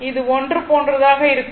இது ஒன்று போன்றதாக இருக்கும்